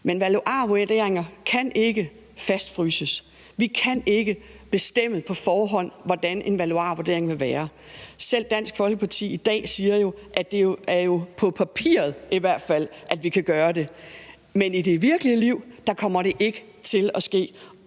Men valuarvurderinger kan ikke fastfryses. Vi kan ikke på forhånd bestemme, hvordan en valuarvurdering vil være. Selv Dansk Folkeparti siger jo i dag, at det i hvert fald er på papiret, at vi kan gøre det. Men i det virkelige liv kommer det efter min bedste